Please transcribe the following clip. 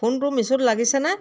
ফোনটো মিছ'ত লাগিছেনে